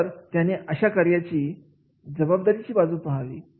तर त्याने अशा कार्याची जबाबदारी ची बाजू पहावी